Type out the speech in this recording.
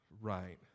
right